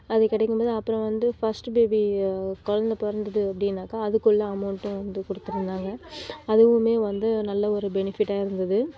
அது கிடைக்கும் போது அப்புறம் வந்து ஃபர்ஸ்ட் பேபி குழந்த பிறந்தது அப்படினாக்கா அதுக்குள்ள அமௌண்ட்டும் வந்து கொடுத்துருந்தாங்க அதுவுமே வந்து நல்ல ஒரு பெனிஃபிட்டாக இருந்தது